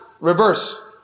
reverse